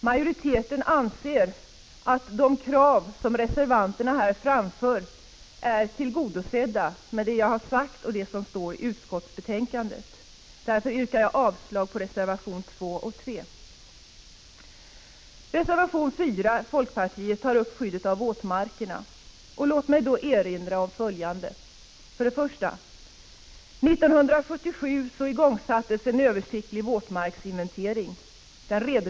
Majoriteten i utskottet anser att de krav som reservanterna framför är tillgodosedda med det som jag har sagt och det som står i utskottsbetänkandet. Därför yrkar jag avslag på reservationerna 2 och 3. I reservation 4 tar folkpartiet upp skyddet av våtmarkerna. Låt mig med anledning därav erinra om följande: 2.